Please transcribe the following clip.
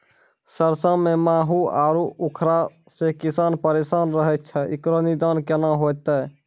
सरसों मे माहू आरु उखरा से किसान परेशान रहैय छैय, इकरो निदान केना होते?